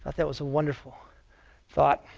that was a wonderful thought.